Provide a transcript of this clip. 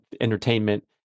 entertainment